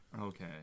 Okay